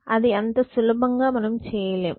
అది అంత సులభంగా మనం చేయలేము